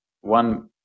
one